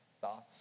thoughts